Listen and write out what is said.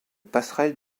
passerelle